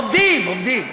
עובדים, עובדים.